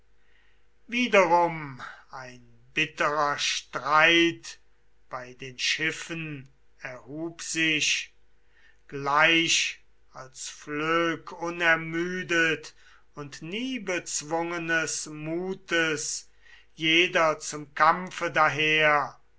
wiederum ein bitterer streit bei den schiffen erhub sich gleich als flög unermüdet und nie bezwungenes mutes jeder zum kampfe daher